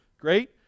Great